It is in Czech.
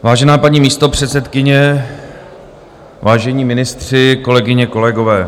Vážená paní místopředsedkyně, vážení ministři, kolegyně, kolegové.